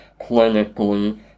clinically